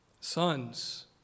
Sons